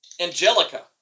Angelica